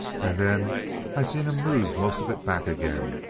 and then i seen him lose most of it back again.